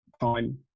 time